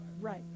Right